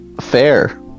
fair